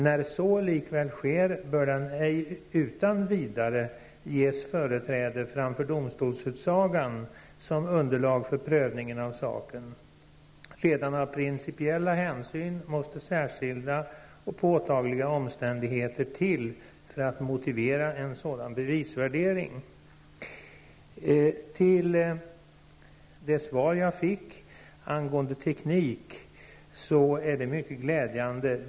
När så likväl sker, bör den ej utan vidare ges företräde framför domstolsutsagan som underlag för prövningen av saken; redan av principiella hänsyn måste särskilda, och påtagliga omständigheter till för att motivera en sådan bevisvärdering. Statsrådets svar angående ny teknik är mycket glädjande.